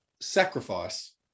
sacrifice